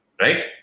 Right